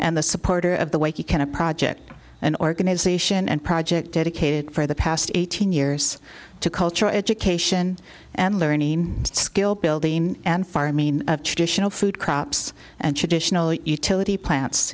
and the supporter of the way he can to project an organisation and project dedicated for the past eighteen years to culture education and learning skill building and fire mean of traditional food crops and traditional utility plants